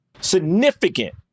significant